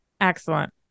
Excellent